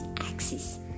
axis